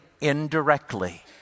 indirectly